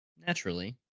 naturally